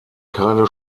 keine